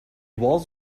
walls